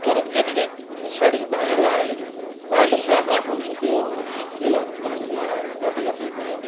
तर त्यतिकै पछाडि भाइहरू आए भाइहरूले पनि राम्रो राम्रो त्यो खेलहरू प्रदर्शनी उहाँहरूले गर्दै गर्दै गयो